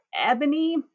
Ebony